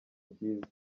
byiza